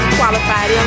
qualified